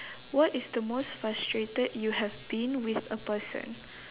what is the most frustrated you have been with a person